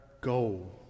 goal